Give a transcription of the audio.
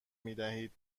میدهید